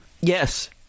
Yes